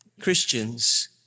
Christians